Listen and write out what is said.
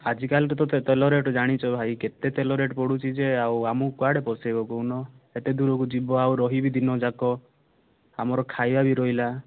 ଆଜିକାଲି ତ ତେଲ ରେଟ୍ ତ ଜାଣିଛ ଭାଇ କେତେ ତେଲ ରେଟ୍ ପଡ଼ୁଛି ଯେ ଆଉ ଆମକୁ କୁଆଡୁ ପୋଷେଇବ କହୁନ ଏତେ ଦୂରକୁ ଯିବ ଆଉ ରହିବି ଦିନଯାକ ଆମର ଖାଇବା ବି ରହିଲା